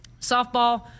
softball